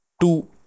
two